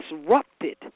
disrupted